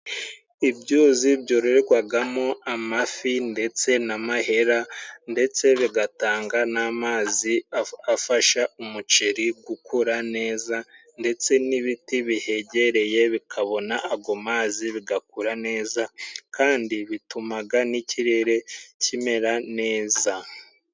Ibyuzi byororegwagamo amafi, ndetse n'amahera ndetse bigatanga n'amazi afasha umuceri gukura neza, Ndetse n'ibiti bihegereye bikabona ago mazi bigakura neza, kandi bitumaga n'ikirere kimera neza.